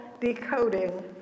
decoding